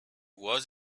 was